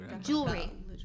Jewelry